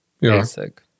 basic